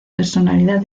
personalidad